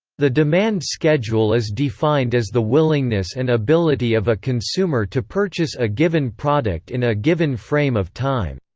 the demand schedule is defined as the willingness and ability of a consumer to purchase a given product in a given frame of time.